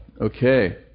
Okay